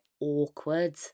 awkward